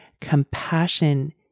Compassion